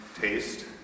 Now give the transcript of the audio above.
taste